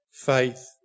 faith